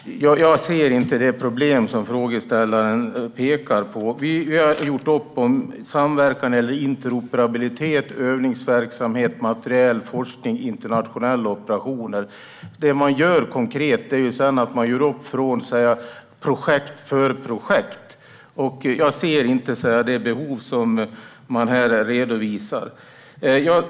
Fru talman! Jag ser inte det problem som frågeställaren pekar på. Vi har gjort upp om samverkan eller interoperabilitet, övningsverksamhet, materiel, forskning och internationella operationer. Det man gör konkret är att man gör upp projekt för projekt. Jag ser inte det behov som redovisas här.